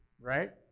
right